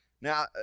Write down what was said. now